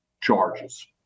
charges